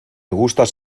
gustas